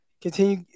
continue